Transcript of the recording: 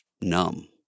Numb